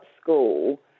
school